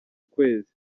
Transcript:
kwezi